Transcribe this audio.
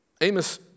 Amos